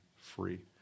free